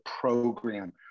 program